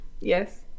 Yes